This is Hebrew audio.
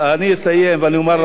אני אסיים ואני אומר לך,